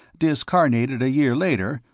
discarnated a year later,